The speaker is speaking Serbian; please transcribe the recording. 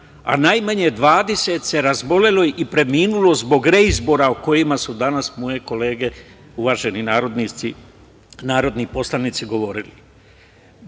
a najmanje se 20 razbolelo, i preminulo zbog reizbora o kojima su danas moje kolege, uvaženi narodni poslanici, govorili. Bez